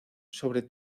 sobre